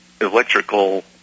electrical